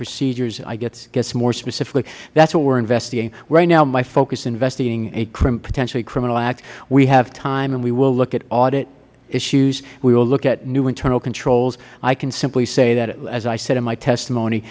procedures i guess more specifically that is what we are investigating right now my focus is investigating a potentially criminal act we have time and we will look at audit issues we will look at new internal controls i can simply say as i said in my testimony